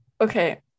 okay